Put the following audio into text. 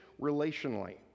relationally